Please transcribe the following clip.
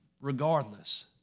regardless